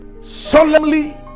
solemnly